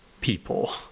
people